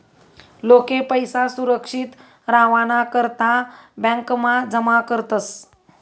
लोके पैसा सुरक्षित रावाना करता ब्यांकमा जमा करतस